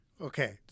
Okay